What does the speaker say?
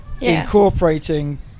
incorporating